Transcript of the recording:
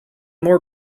more